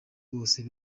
bose